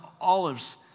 Olives